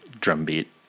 drumbeat